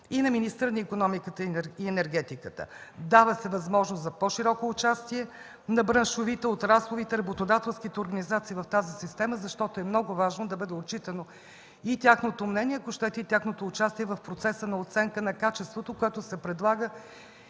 и с министъра на икономиката и енергетиката. Дава се възможност за по-широко участие на браншовите, отрасловите и работодателските организации в тази система, защото е много важно да бъде отчитано и тяхното мнение, ако щете, и тяхното участие в процеса на оценка на качеството, което се предлага